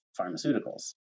pharmaceuticals